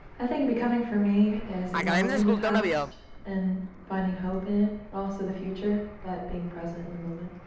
i think becoming for me is acknowledging the past and finding hope in it. also, the future, but being present in the moment.